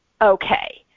okay